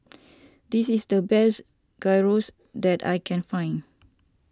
this is the best Gyros that I can find